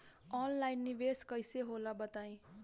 Online निवेस कइसे होला बताईं?